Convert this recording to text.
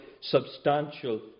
substantial